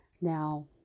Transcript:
Now